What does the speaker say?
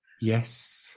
Yes